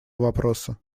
вопроса